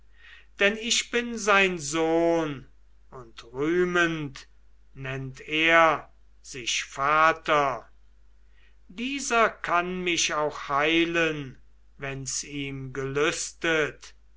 denn ich bin sein sohn und rühmend nennt er sich vater dieser kann mich auch heilen wenn's ihm gelüstet